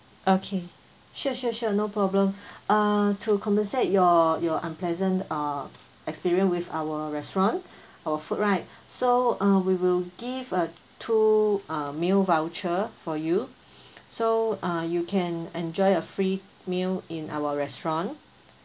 okay sure sure sure no problem uh to compensate your your unpleasant uh experience with our restaurant our food right so uh we will give uh two uh meal voucher for you so uh you can enjoy a free meal in our restaurant